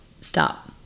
stop